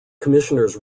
commissioners